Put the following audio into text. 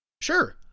Sure